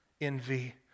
envy